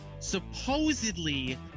Supposedly